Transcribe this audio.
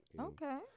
okay